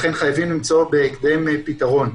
לכן חייבים למצוא בהקדם פתרון.